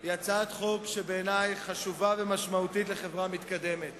היא בעיני חשובה ומשמעותית לחברה מתקדמת.